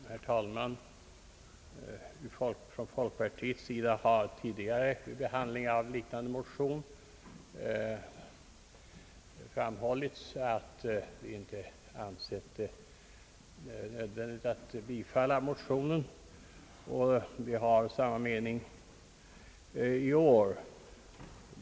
Herr talman! Från folkpartiets sida har tidigare vid behandlingen av liknande motioner framhållits att vi inte ansett det nödvändigt att bifalla dem, och vi har samma mening i år.